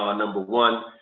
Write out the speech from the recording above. ah number one.